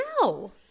No